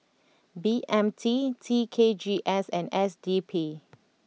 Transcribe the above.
B M T T K G S and S D P